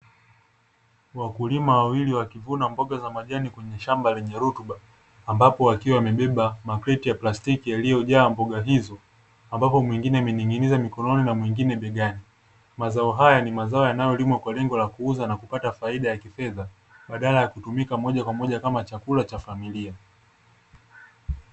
Wakulima wawili wakivuna mboga za majani kwenye shamba lenye rutuba, ambapo akiwa amebeba makreti ya plastiki yaliyojaa mboga hizo, ambapo mwingine amening'iniza mikononi na mwingine begani. Mazao haya ni mazao yanayolimwa kwa kuuzwa na kwa lengo la kupata faida ya kifedha badala ya kutumika moja Kwa moja kama chakula cha familia.